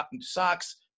socks